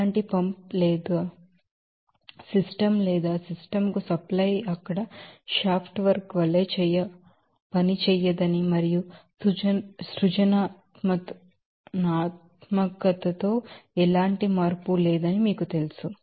ఎలాంటి పంప్ లేదు సిస్టమ్ లేదా సిస్టమ్ కు సప్లై అక్కడ షాఫ్ట్ వర్క్ వలే పనిచేయదని మరియు సృజనాత్మకతలో ఎలాంటి మార్పు లేదని మీకు తెలుసు